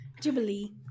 Jubilee